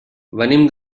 venim